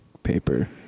paper